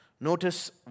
Notice